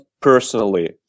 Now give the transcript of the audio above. personally